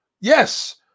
Yes